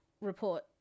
report